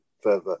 further